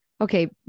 Okay